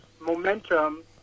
momentum